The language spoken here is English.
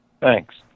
Thanks